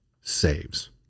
saves